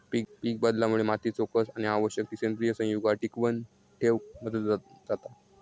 पीकबदलामुळे मातीचो कस आणि आवश्यक ती सेंद्रिय संयुगा टिकवन ठेवक मदत जाता